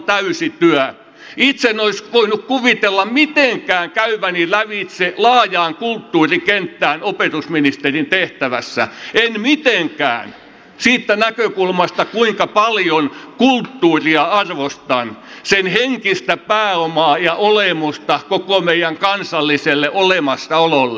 itse en olisi voinut kuvitella mitenkään käyväni lävitse laajaa kulttuurikenttää opetusministerin tehtävässä en mitenkään siitä näkökulmasta kuinka paljon kulttuuria arvostan sen henkistä pääomaa ja olemusta koko meidän kansalliselle olemassaololle